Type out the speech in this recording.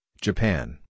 Japan